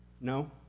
No